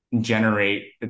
generate